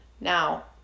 Now